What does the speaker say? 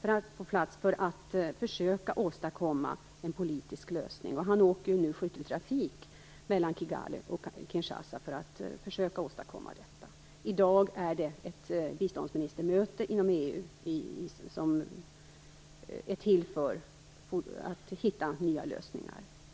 för att på plats försöka åstadkomma en politisk lösning. Han åker nu i skytteltrafik mellan Kigali och Kinshasa för att försöka åstadkomma detta. I dag är det ett biståndsministermöte inom EU där man skall försöka hitta nya lösningar.